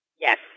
Yes